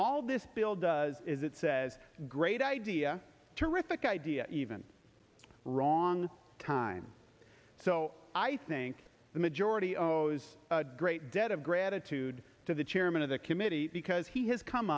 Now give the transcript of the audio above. all this bill does is it says great idea terrific idea even wrong time so i think the majority of those great debt of gratitude to the chairman of the committee because he has come